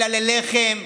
אלא ללחם,